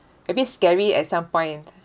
maybe scary at some point